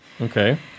Okay